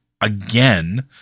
again